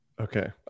okay